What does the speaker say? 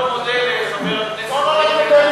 אני מאוד מודה לחבר הכנסת ריבלין על ההבהרה.